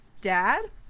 Dad